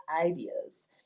ideas